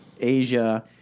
Asia